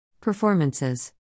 Performances